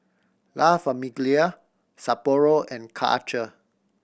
La Famiglia Sapporo and Karcher